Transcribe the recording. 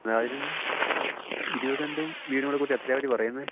അതിന് ഇരുപത് സെൻറ്റും വീടും കൂടെ കൂട്ടി എത്രയാണ് അവർ പറയുന്നത്